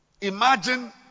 Imagine